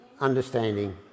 understanding